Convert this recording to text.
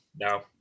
no